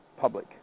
public